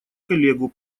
коллегу